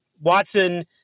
Watson